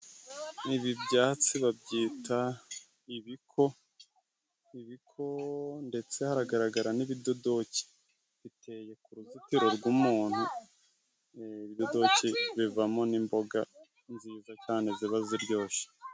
Ibi byatsi babyita ibiko, ibiko ndetse haragaragara n'ibidodoki biteye ku ruzitiro rw'umuntu, ibidodoki bivamo n'imboga nziza cyane ziba ziryoshye.